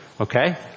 Okay